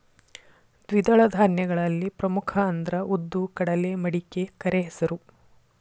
ದ್ವಿದಳ ಧಾನ್ಯಗಳಲ್ಲಿ ಪ್ರಮುಖ ಅಂದ್ರ ಉದ್ದು, ಕಡಲೆ, ಮಡಿಕೆ, ಕರೆಹೆಸರು